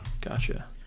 Gotcha